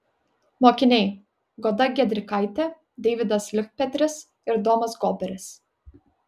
mokiniai goda giedrikaitė deividas liukpetris ir domas goberis